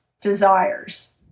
desires